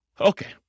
Okay